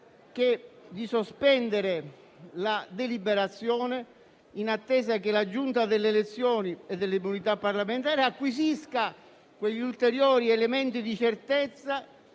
debba essere sospesa in attesa che la Giunta delle elezioni e delle immunità parlamentari acquisisca quegli ulteriori elementi di certezza